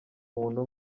muntu